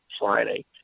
Friday